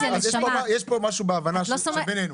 אז יש פה משהו בהבנה בינינו.